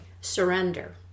surrender